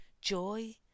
joy